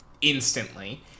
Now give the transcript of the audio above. instantly